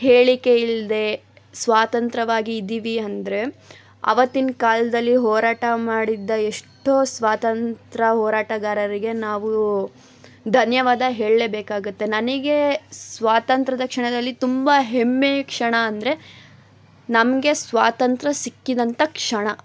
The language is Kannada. ಹೇಳಿಕೆ ಇಲ್ಲದೆ ಸ್ವತಂತ್ರವಾಗಿ ಇದ್ದೀವಿ ಅಂದರೆ ಅವತ್ತಿನ ಕಾಲದಲ್ಲಿ ಹೋರಾಟ ಮಾಡಿದ್ದ ಎಷ್ಟೋ ಸ್ವಾತಂತ್ರ್ಯ ಹೋರಾಟಗಾರರಿಗೆ ನಾವು ಧನ್ಯವಾದ ಹೇಳಲೇಬೇಕಾಗತ್ತೆ ನನಗೆ ಸ್ವಾತಂತ್ರ್ಯದ ಕ್ಷಣದಲ್ಲಿ ತುಂಬ ಹೆಮ್ಮೆಯ ಕ್ಷಣ ಅಂದರೆ ನಮಗೆ ಸ್ವಾತಂತ್ರ್ಯ ಸಿಕ್ಕಿದಂಥ ಕ್ಷಣ